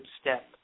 step